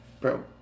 bro